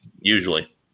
usually